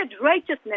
righteousness